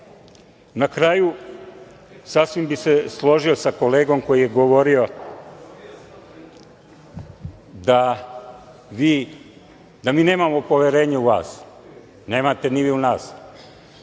kraju, sasvim bi se složio sa kolegom koji je govorio da mi nemamo poverenja u vas. Nemate ni vi u nas.